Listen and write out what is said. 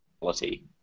quality